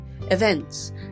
events